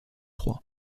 croix